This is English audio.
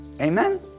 Amen